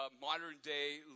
modern-day